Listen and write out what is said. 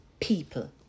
people